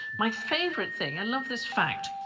my favorite thing i love this fact,